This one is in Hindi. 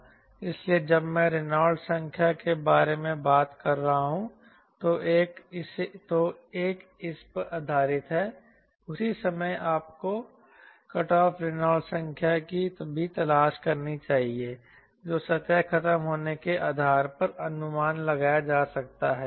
इसलिए जब मैं रेनॉल्ड्स संख्या के बारे में बात कर रहा हूं तो एक इस पर आधारित है उसी समय आपको कटऑफ रेनॉल्ड संख्या की भी तलाश करनी चाहिए जो सतह खत्म होने के आधार पर अनुमान लगाया जा सकता है